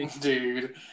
Dude